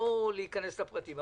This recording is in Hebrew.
לא להיכנס לפרטים.